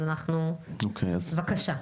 אז בבקשה.